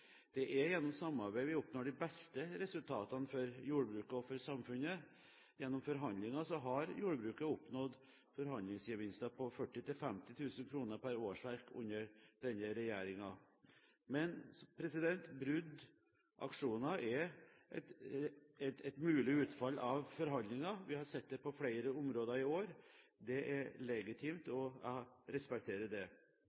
Det er gjennom samarbeid vi oppnår de beste resultatene for jordbruket og for samfunnet. Gjennom forhandlinger har jordbruket oppnådd forhandlingsgevinster på 40 000–50 000 kr per årsverk under denne regjeringa. Men brudd og aksjoner er et mulig utfall av forhandlinger. Vi har sett det på flere områder i år. Det er legitimt,